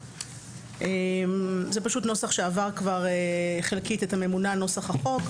זהו נוסח שעבר חלקית את הממונה על נוסח החוק,